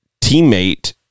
teammate